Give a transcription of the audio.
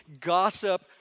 gossip